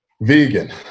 Vegan